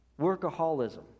Workaholism